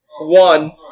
one